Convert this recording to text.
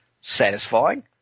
satisfying